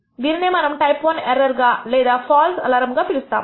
దీనినే మనము type I error గా లేదా ఫాల్స్ అలారం అని పిలుస్తాము